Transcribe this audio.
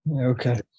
Okay